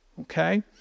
Okay